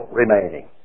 remaining